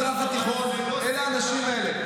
אלה האנשים האלה.